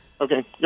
okay